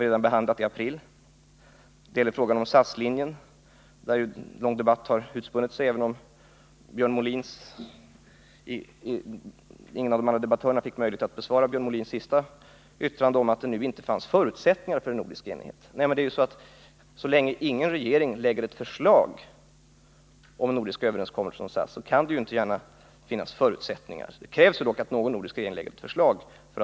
I fråga om SAS persontrafiklinje till Sydafrika har en lång debatt utspunnit sig, även om ingen av debattörerna fick möjlighet att besvara Björn Molins sista yttrande om att det nu inte finns förutsättningar för en nordisk enighet. Det krävs ju att någon nordisk regering lägger fram ett förslag för att förutsättningar skall finnas för ett beslut om nedläggning av SAS-linjen till Sydafrika.